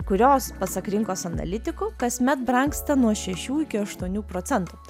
kurios pasak rinkos analitikų kasmet brangsta nuo šešių iki aštuonių procentų